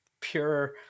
pure